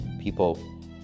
people